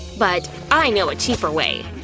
but i know a cheaper way.